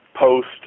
post